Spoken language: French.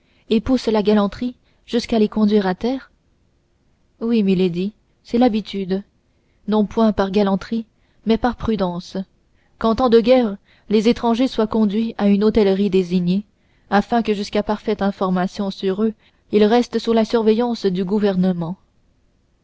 et poussent la galanterie jusqu'à les conduire à terre oui milady c'est l'habitude non point par galanterie mais par prudence qu'en temps de guerre les étrangers soient conduits à une hôtellerie désignée afin que jusqu'à parfaite information sur eux ils restent sous la surveillance du gouvernement